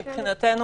מבחינתנו